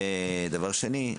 ודבר שני,